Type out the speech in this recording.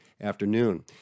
afternoon